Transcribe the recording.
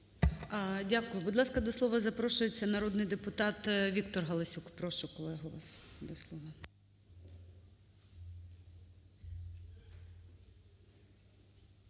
Дякую. Будь ласка, до слова запрошується народний депутат ВікторГаласюк. Прошу, колега, вас до слова.